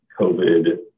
COVID